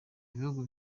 ibihugu